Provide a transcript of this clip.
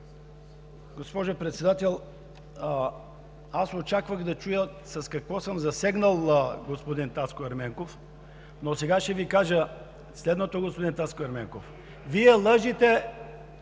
Госпожо Председател, аз очаквах да чуя с какво съм засегнал господин Таско Ерменков, но сега ще Ви кажа следното, господин Таско Ерменков: Вие лъжете